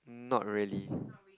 not really